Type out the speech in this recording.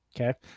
Okay